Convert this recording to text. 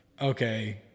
okay